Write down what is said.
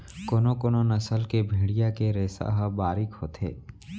कोनो कोनो नसल के भेड़िया के रेसा ह बारीक होथे